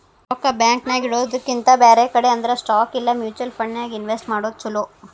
ರೊಕ್ಕಾ ಬ್ಯಾಂಕ್ ನ್ಯಾಗಿಡೊದ್ರಕಿಂತಾ ಬ್ಯಾರೆ ಕಡೆ ಅಂದ್ರ ಸ್ಟಾಕ್ ಇಲಾ ಮ್ಯುಚುವಲ್ ಫಂಡನ್ಯಾಗ್ ಇನ್ವೆಸ್ಟ್ ಮಾಡೊದ್ ಛಲೊ